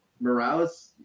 Morales